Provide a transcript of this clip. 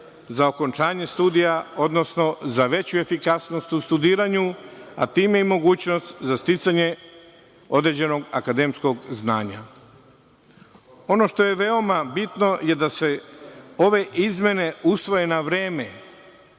za okončanje studija, odnosno za veću efikasnost u studiranju, a time i mogućnost za sticanje određenog akademskog znanja. Ono što je veoma bitno je da se ove izmene usvoje na vreme